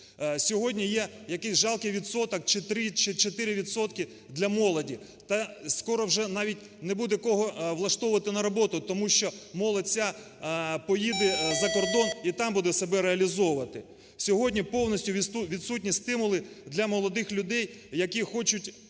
Сьогодні є якийсь жалкий відсоток чи 3, чи 4 відсотки для молоді та скоро вже навіть не буде кого влаштовувати на роботу, тому що молодь вся поїде за кордон і там буде себе реалізовувати. Сьогодні повністю відсутні стимули для молодих людей, які хочуть